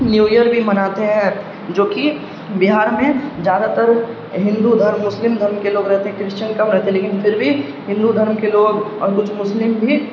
new year بھی مناتے ہیں جو کہ بہار میں زیادہ تر ہندو دھرم مسلم دھرم کے لوگ رہتے ہیں کرسچن کم رہتے ہیں لیکن پھر بھی ہندو دھرم کے لوگ اور کچھ مسلم بھی